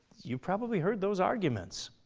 you probably heard those arguments.